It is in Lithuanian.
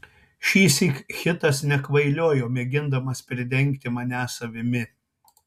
šįsyk hitas nekvailiojo mėgindamas pridengti mane savimi